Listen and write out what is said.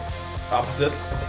opposites